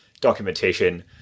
documentation